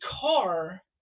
car